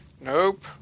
Nope